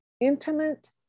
intimate